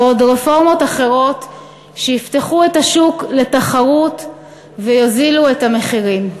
ועוד רפורמות אחרות שיפתחו את השוק לתחרות ויורידו את המחירים.